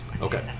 Okay